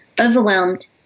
overwhelmed